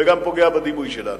וגם פוגע בדימוי שלנו.